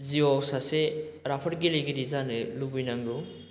जिउआव सासे राफोद गेलेगिरि जानो लुबैनांगौ